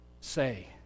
say